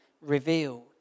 revealed